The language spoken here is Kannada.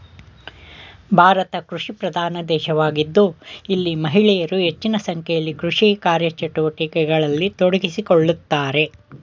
ಭಾರತ ಕೃಷಿಪ್ರಧಾನ ದೇಶವಾಗಿದ್ದು ಇಲ್ಲಿ ಮಹಿಳೆಯರು ಹೆಚ್ಚಿನ ಸಂಖ್ಯೆಯಲ್ಲಿ ಕೃಷಿ ಕಾರ್ಯಚಟುವಟಿಕೆಗಳಲ್ಲಿ ತೊಡಗಿಸಿಕೊಳ್ಳುತ್ತಾರೆ